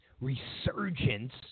resurgence